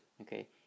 okay